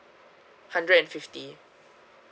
hundred and fifty